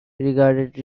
regarded